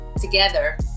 together